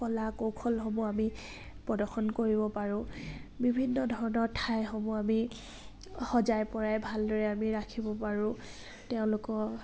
কলা কৌশলসমূহ আমি প্ৰদৰ্শন কৰিব পাৰোঁ বিভিন্ন ধৰণৰ ঠাইসমূহ আমি সজাই পৰাই ভালদৰে আমি ৰাখিব পাৰোঁ তেওঁলোকৰ